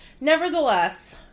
Nevertheless